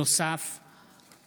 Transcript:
נוסף על כך,